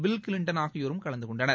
bill Clinton ஆகியோரும் கலந்து கொண்டனர்